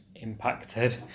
Impacted